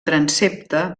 transsepte